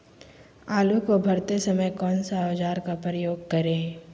आलू को भरते समय कौन सा औजार का प्रयोग करें?